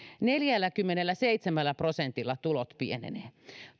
neljälläkymmenelläseitsemällä prosentilla tulot pienenevät